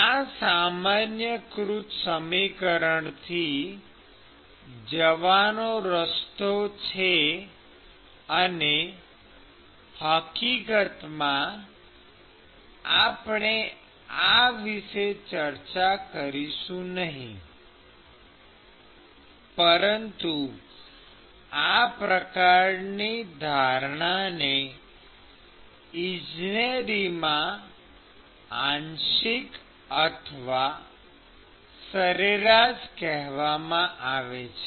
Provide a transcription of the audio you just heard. આ સામાન્યકૃત સમીકરણથી જવાનો રસ્તો છે અને હકીકતમાં આપણે આ વિશે ચર્ચા કરીશું નહીં પરંતુ આ પ્રકારની ધારણાને ઇજનેરીમાં આંશિક અથવા સરેરાશ કહેવામાં આવે છે